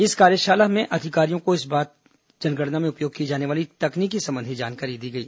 इस कार्यशाला में अधिकारियों को इस बार की जनगणना में उपयोग की जानी वाली तकनीकी संबंधी जानकारी दी गई